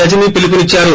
రజనీ పిలుపునిచ్చారు